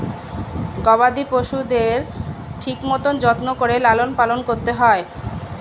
গবাদি পশুদের ঠিক মতন যত্ন করে লালন পালন করতে হয়